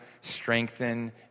strengthen